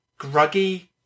Gruggy